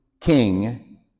king